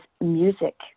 music